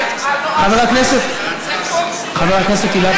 חבר הכנסת אילטוב.